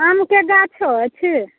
आमके गाछो अछि